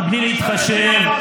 בלי להתחשב,